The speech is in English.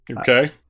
Okay